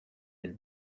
del